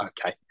okay